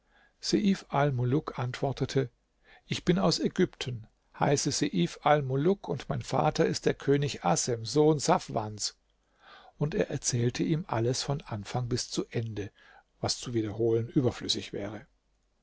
antwortete ich bin aus ägypten heiße seif almuluk und mein vater ist der könig assem sohn safwans und er erzählte ihm alles von anfang bis zu ende was zu wiederholen überflüssig wäre